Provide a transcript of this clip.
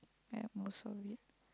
at most worried